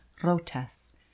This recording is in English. rotas